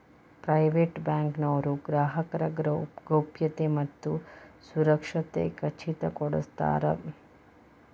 private bank ನವರು ಗ್ರಾಹಕರ ಗೌಪ್ಯತೆ ಮತ್ತ ಸುರಕ್ಷತೆ ಖಚಿತ ಕೊಡ್ಸತಾರ